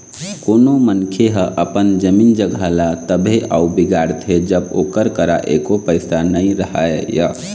कोनो मनखे ह अपन जमीन जघा ल तभे अउ बिगाड़थे जब ओकर करा एको पइसा नइ रहय